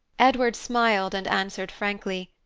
edward smiled and answered frankly,